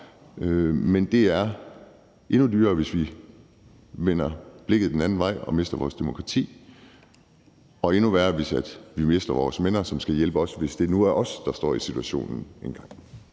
Men det er endnu dyrere, hvis vi vender blikket den anden vej og mister vores demokrati. Og det er endnu værre, hvis vi mister vores venner, som skal hjælpe os, hvis det nu er os, der står i situationen engang.